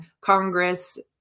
Congress